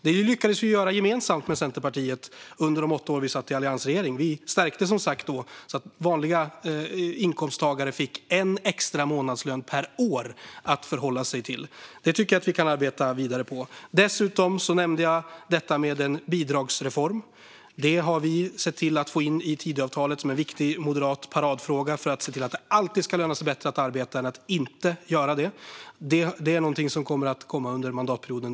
Det lyckades vi göra tillsammans med Centerpartiet under de åtta åren vi satt i alliansregeringen. Då stärkte vi som sagt vanliga inkomsttagare när de fick en extra månadslön per år att förhålla sig till. Det tycker jag att vi kan arbeta vidare på. Jag nämnde dessutom en bidragsreform. Vi har sett till att få in det i Tidöavtalet som en viktig moderat paradfråga, för att se till att det alltid ska löna sig bättre att arbeta än att inte göra det. Det är något som kommer att komma under mandatperioden.